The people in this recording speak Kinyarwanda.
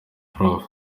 prof